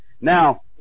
Now